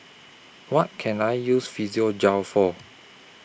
What Can I use Physiogel For